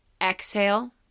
Exhale